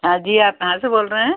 हाँ जी आप कहाँ से बोल रहे हैं